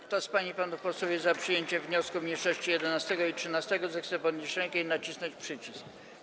Kto z pan i panów posłów jest za przyjęciem wniosków mniejszości 11. i 13., zechce podnieść rękę i nacisnąć przycisk.